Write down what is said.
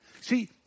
See